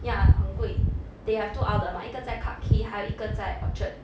ya 很贵 they have two outlet mah 一个在 clarke quay 还有一个在 orchard